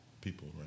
people